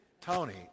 Tony